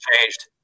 changed